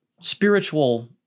spiritual